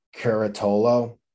Caratolo